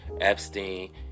Epstein